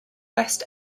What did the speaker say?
west